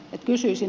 kysyisin